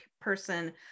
person